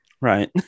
right